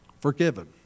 forgiven